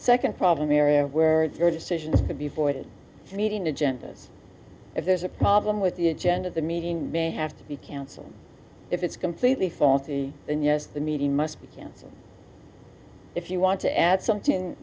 second problem area where their decisions before that meeting agendas if there's a problem with the agenda of the meeting may have to be cancelled if it's completely faulty then yes the meeting must be canceled if you want to add something